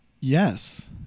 Yes